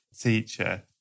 teacher